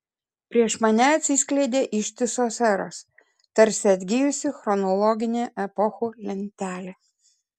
prieš mane atsiskleidė ištisos eros tarsi atgijusi chronologinė epochų lentelė